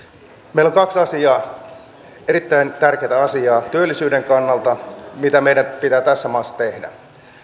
meillä on kaksi erittäin tärkeätä asiaa työllisyyden kannalta mitä meidän pitää tässä maassa tehdä